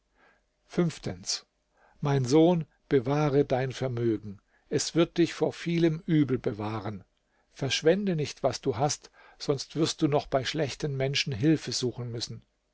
fünftens mein sohn bewahre dein vermögen es wird dich vor vielem übel bewahren verschwende nicht was du hast sonst wirst du noch bei schlechten menschen hilfe suchen müssen